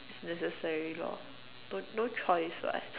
necessary lor don't no choice [what]